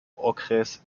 okres